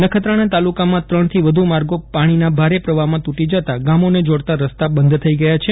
નખત્રાણા તાલુકામાં ત્રણ થી વધુ માર્ગો પાણીના ભારે પ્રવાહમાં તૂટી જતા ગામો ને જોડતા રસ્તા બંધ થઈ ગયા છે